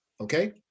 okay